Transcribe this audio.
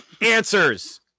answers